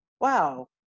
wow